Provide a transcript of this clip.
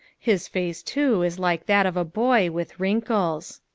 his face too is like that of a boy, with wrinkles.